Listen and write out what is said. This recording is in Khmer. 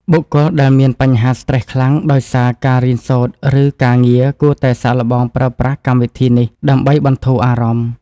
បុគ្គលដែលមានបញ្ហាស្ត្រេសខ្លាំងដោយសារការរៀនសូត្រឬការងារគួរតែសាកល្បងប្រើប្រាស់កម្មវិធីនេះដើម្បីបន្ធូរអារម្មណ៍។